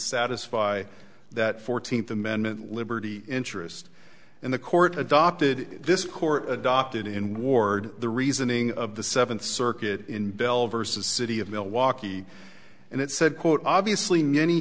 satisfy that fourteenth amendment liberty interest in the court adopted this court adopted in ward the reasoning of the seventh circuit in bell versus city of milwaukee and it said quote obviously